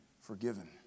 forgiven